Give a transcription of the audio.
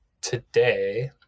today